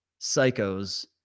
psychos